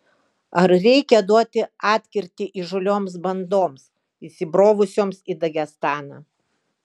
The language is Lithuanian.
ar reikia duoti atkirtį įžūlioms bandoms įsibrovusioms į dagestaną